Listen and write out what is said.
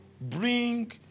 bring